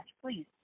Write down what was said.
Please